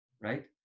Right